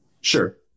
Sure